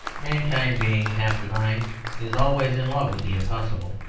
mankind being half divine is always in love with the impossible,